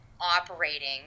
operating